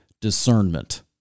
discernment